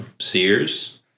Sears